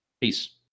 Peace